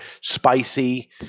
spicy